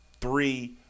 three